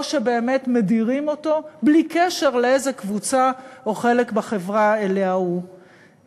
או שבאמת מדירים אותו בלי קשר לאיזה קבוצה או חלק בחברה הוא משתייך.